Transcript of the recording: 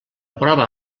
prova